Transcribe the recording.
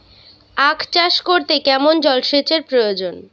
আখ চাষ করতে কেমন জলসেচের প্রয়োজন?